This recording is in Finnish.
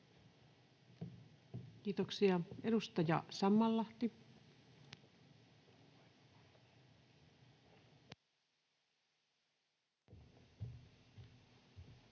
Kiitoksia. — Edustaja Sammallahti. [Speech